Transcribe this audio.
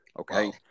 okay